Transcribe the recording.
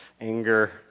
Anger